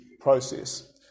process